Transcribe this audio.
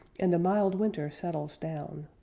and a mild winter settles down,